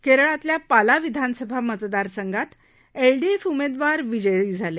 केरळातल्या पाला विधानसभा मतदारसंघात एलडीएफ उमेदवार विजय झाले